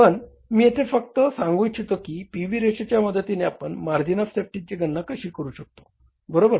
पण मी येथे फक्त सांगू इच्छितो की पी व्ही रेशोच्या मदतीने आपण मार्जिन ऑफ सेफ्टीची गणना कशी करू शकतो बरोबर